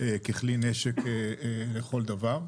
ככלי נשק לכל דבר,